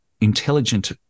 intelligent